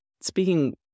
speaking